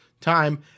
time